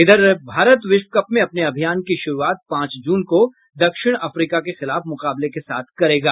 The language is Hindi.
इधर भारत विश्व कप में अपने अभियान की शुरूआत पांच जून को दक्षिण अफ्रीका के खिलाफ मुकाबले के साथ करेगा